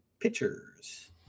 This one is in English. pitchers